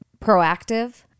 proactive